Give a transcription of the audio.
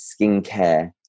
skincare